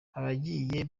abagiye